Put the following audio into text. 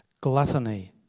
gluttony